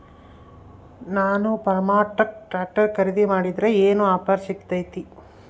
ನಾನು Farmtrac tractor ಖರೇದಿ ಮಾಡಿದ್ರೆ ಏನು ಆಫರ್ ಸಿಗ್ತೈತಿ?